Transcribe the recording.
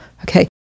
okay